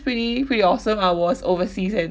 pretty pretty awesome I was overseas and